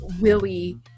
Willie